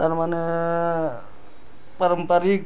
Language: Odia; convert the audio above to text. ତାର୍ମାନେ ପାରମ୍ପାରିକ୍